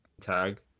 tag